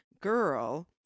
girl